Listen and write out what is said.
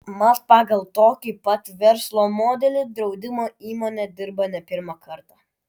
mat pagal tokį pat verslo modelį draudimo įmonė dirba ne pirmą kartą